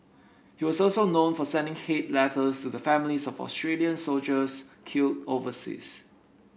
he was also known for sending hate letters to the families of Australian soldiers killed overseas